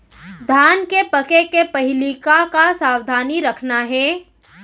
धान के पके के पहिली का का सावधानी रखना हे?